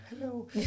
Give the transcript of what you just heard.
Hello